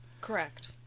Correct